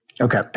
Okay